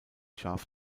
scharf